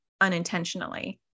unintentionally